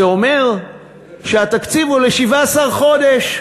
זה אומר שהתקציב הוא ל-17 חודשים.